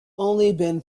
only